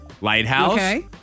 Lighthouse